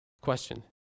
question